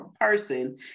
person